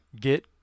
get